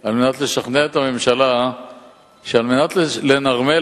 על מנת לשכנע את הממשלה שעל מנת לנרמל